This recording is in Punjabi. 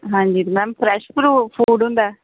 ਹਾਂਜੀ ਮੈਮ ਫਰੈਸ਼ ਫਰੂ ਫੂਡ ਹੁੰਦਾ